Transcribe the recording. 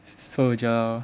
so Joel